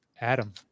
Adam